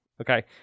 Okay